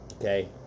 Okay